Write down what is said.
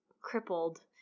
crippled